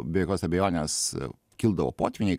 be jokios abejonės kildavo potvyniai